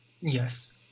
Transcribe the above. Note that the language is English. Yes